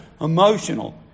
emotional